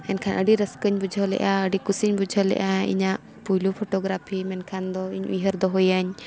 ᱮᱱᱠᱷᱟᱱ ᱟᱹᱰᱤ ᱨᱟᱹᱥᱠᱟᱹᱧ ᱵᱩᱡᱷᱟᱹᱣ ᱞᱮᱜᱼᱟ ᱟᱹᱰᱤ ᱠᱩᱥᱤᱧ ᱵᱩᱡᱷᱟᱹᱣ ᱞᱮᱜᱼᱟ ᱤᱧᱟᱹᱜ ᱯᱳᱭᱞᱳ ᱯᱷᱳᱴᱳᱜᱨᱟᱯᱷᱤ ᱢᱮᱱᱠᱷᱟᱱ ᱫᱚ ᱤᱧ ᱩᱭᱦᱟᱹᱨ ᱫᱚᱦᱚᱭᱟᱹᱧ